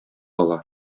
ала